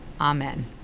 amen